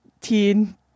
teen